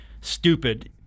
stupid